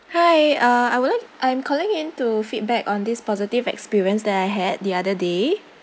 hi uh I would like I'm calling in to feedback on this positive experience that I had the other day